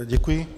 Děkuji.